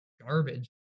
Garbage